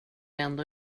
ändå